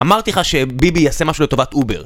אמרתי לך שביבי יעשה משהו לטובת אובר